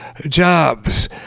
jobs